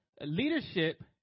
leadership